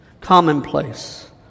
Commonplace